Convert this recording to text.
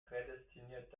prädestiniert